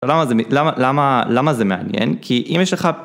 למה למה למה זה מעניין כי אם יש לך.